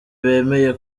bemeye